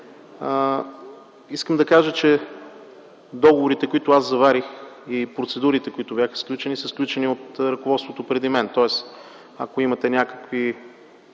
искам да кажа, че договорите, които аз заварих и процедурите, които бяха сключени, са сключени от ръководството преди мен. Тоест, ако имате някакви